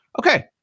Okay